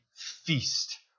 Feast